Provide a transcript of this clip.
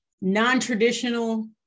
non-traditional